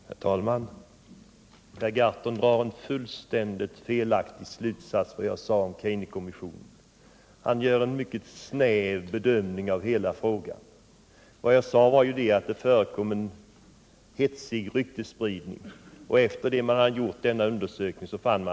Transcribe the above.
Herr talman! Per Gahrton drar en fullständigt felaktig slutsats av vad jag sade om Kejnekommissionen. Han gör en mycket snäv bedömning av hela frågan. Vad jag sade var att det förekom en hetsig ryktesspridning och att undersökningen visade att denna i stort sett saknade grund.